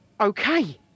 okay